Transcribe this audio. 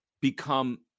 become